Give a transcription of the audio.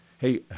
hey